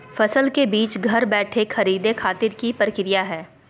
फसल के बीज घर बैठे खरीदे खातिर की प्रक्रिया हय?